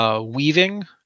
Weaving